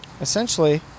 essentially